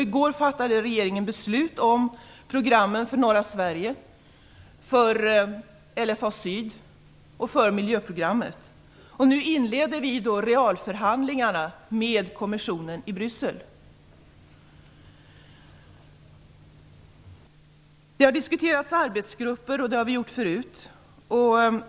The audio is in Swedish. I går fattade regeringen beslut om programmen för norra Sverige och för LFA syd och miljöprogrammet. Nu inleder vi realförhandlingarna med kommissionen i Det har diskuterats arbetsgrupper - det har också gjorts förut.